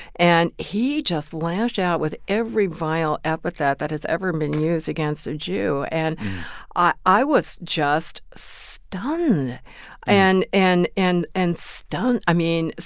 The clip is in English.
and he just lashed out with every vile epithet that has ever been used against a jew. and i i was just stunned and and and and stunned i mean,